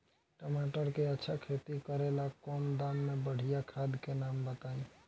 टमाटर के अच्छा खेती करेला कम दाम मे बढ़िया खाद के नाम बताई?